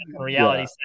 reality